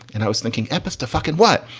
and i was thinking epis to fuckin what?